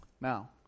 Now